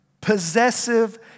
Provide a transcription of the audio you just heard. possessive